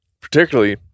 particularly